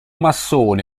massone